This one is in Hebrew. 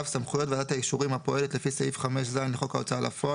סמכויות ועדת האישורים הפועלת לפי סעיף 5ז לחוק ההוצאה לפועל